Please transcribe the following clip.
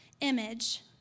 image